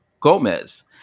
gomez